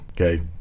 okay